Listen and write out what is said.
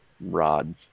rod